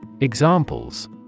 Examples